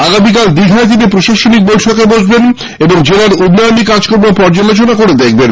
আগামীকাল দীঘায় তিনি প্রশাসনিক বৈঠকে বসবেন এবং জেলার উন্নয়নী কাজকর্ম পর্যালোচনা করবেন